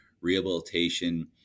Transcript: rehabilitation